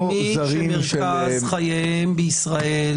לא זרים מי שמרכז חייו בישראל